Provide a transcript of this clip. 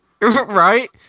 Right